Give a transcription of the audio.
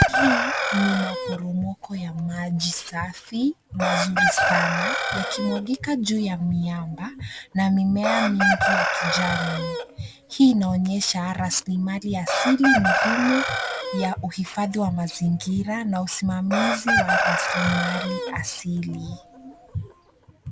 Hii ni maporomoko ya maji safi, mazuri sana, yakimwangika juu ya miamba na mimea mingi ya kijani. Hii inaonyesha raslimali asili muhimu ya uhifadhi wa mazingira, na usimamizi wa raslimali asili.